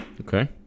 Okay